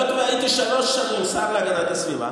היות שהייתי שלוש שנים השר להגנת הסביבה,